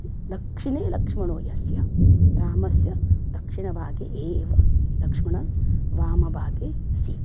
दक्षिणे लक्ष्मणो यस्य रामस्य दक्षिणभागे एव लक्ष्मणः वामभागे सीता